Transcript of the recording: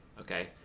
Okay